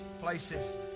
places